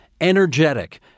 energetic